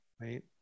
right